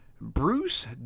Bruce